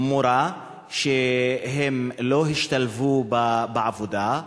מורות שלא השתלבו בעבודה,